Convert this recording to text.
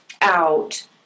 out